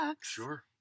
Sure